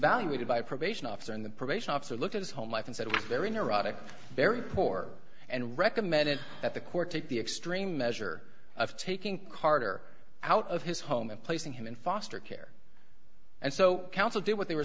evaluated by a probation officer and the probation officer looked at his home life and said it was very neurotic very poor and recommended that the court take the extreme measure of taking carter out of his home and placing him in foster care and so counsel did what they were